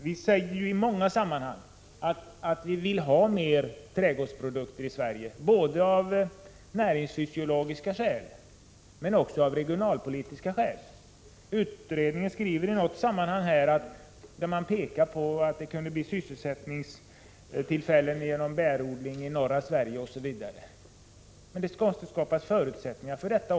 Vi säger ju ofta att vi vill har mer trädgårdsprodukter i Sverige, både av näringsfysiologiska och av regionalpolitiska skäl. Utredningen pekar på att det kunde bli sysselsättningstillfällen genom bl.a. bärodling i norra Sverige. Men då måste det skapas förutsättningar för detta.